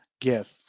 gift